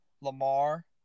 Lamar